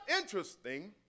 interesting